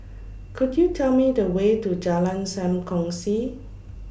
Could YOU Tell Me The Way to Jalan SAM Kongsi